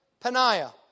Paniah